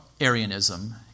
Arianism